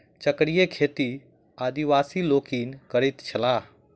चक्रीय खेती आदिवासी लोकनि करैत छलाह